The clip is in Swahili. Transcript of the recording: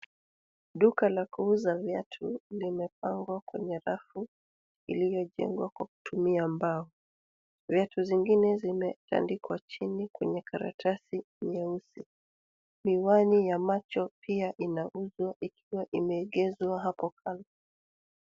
Duka la kuuza viatu limepangwa kwenye rafu iliyojengwa kwa kutumia mbao. Viatu zingine zime andikwa chini kwenye karatasi nyeusi. Miwani ya macho pia inauzwa ikiwa imeegezwa hapo kando.